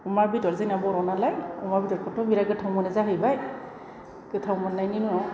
अमा बेदर जोंना बर'नालाय अमा बेदरखौथ' बिराद गोथाव मोनो जाहैबाय गोथाव मोननायनि उनाव